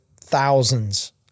thousands